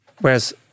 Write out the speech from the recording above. Whereas